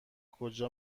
کجا